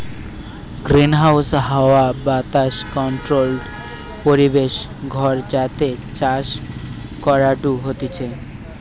greenhouse হাওয়া বাতাস controlled পরিবেশ ঘর যাতে চাষ করাঢু হতিছে